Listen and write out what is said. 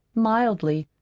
mildly,